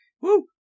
Woo